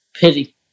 Pity